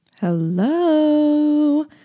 Hello